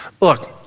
Look